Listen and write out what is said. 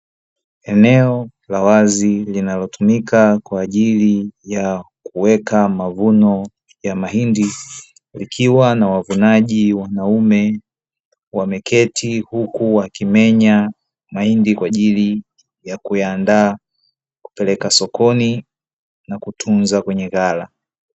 Eneo la wazi linalotumika kwa ajili ya kuweka mavuno ya mahindi ikiwa na wavunaji wanaume, wameketi huku wakimenya mahindi kwa ajili ya kuyaandaa kupeleka sokoni na kutunza kwenye ghala.